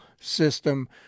system